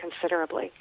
considerably